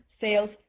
sales